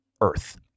Earth